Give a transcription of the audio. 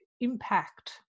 impact